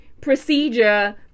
procedure